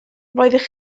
roeddech